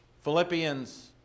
Philippians